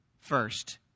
first